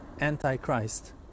antichrist